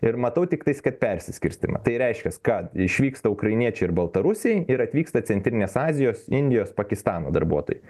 ir matau tiktais kad persiskirstymą tai reiškias kad išvyksta ukrainiečiai ir baltarusiai ir atvyksta centrinės azijos indijos pakistano darbuotojai